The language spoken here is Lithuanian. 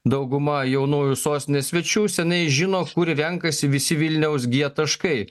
dauguma jaunųjų sostinės svečių seniai žino kur renkasi visi vilniaus g taškai